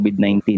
COVID-19